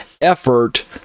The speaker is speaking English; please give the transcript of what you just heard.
effort